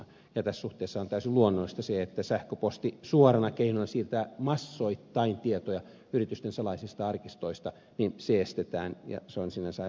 tässä suhteessa on täysin luonnollista se että sähköposti suorana keinona siirtää massoittain tietoja yritysten salaisista arkistoista estetään ja se on sinänsä aivan luonnollista